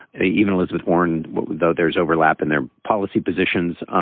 even elizabeth warren, though, there's overlap in their policy positions.